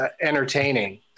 entertaining